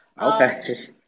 okay